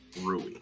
Rui